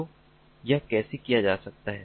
तो यह कैसे किया जा सकता है